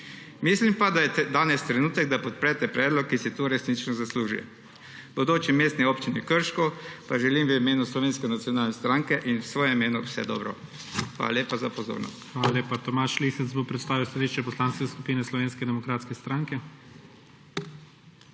Mislim pa, da je danes trenutek, da podprete predlog, ki si to resnično zasluži. Bodoči mestni občini Krško pa želim v imenu Slovenske nacionalne stranke in v svojem imenu vse dobro. Hvala lepa za pozornost. PREDSEDNIK IGOR ZORČIČ: Hvala lepa. Tomaž Lisec bo predstavil stališče Poslanske skupine Slovenske demokratske stranke.